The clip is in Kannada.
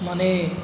ಮನೆ